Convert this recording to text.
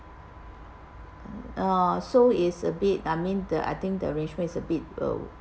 uh so is a bit I mean the I think the arrangement is a bit